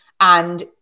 And-